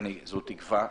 זו תקווה.